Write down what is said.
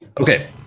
Okay